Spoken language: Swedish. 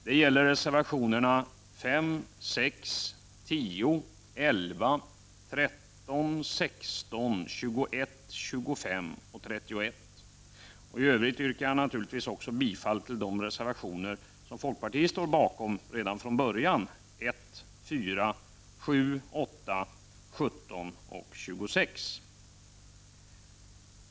Det gäller reservationerna 5, 6, 10, 11, 13, 16, 21, 25 och 31. I övrigt yrkar jag givetvis också bifall till de reservationer som helt och hållet är folkpartistiska, nämligen reservationerna 1, 4, 7, 8, 17 och 26.